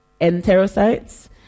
Enterocytes